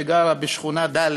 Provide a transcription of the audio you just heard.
שגרה בשכונה ד',